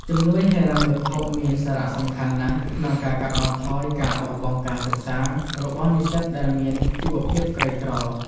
ជំនួយហិរញ្ញវត្ថុមានសារៈសំខាន់ណាស់ ក្នុងការកាត់បន្ថយការបោះបង់ការសិក្សារ របស់និស្សិតដែលមានជីវៈភាពក្រីក្រ។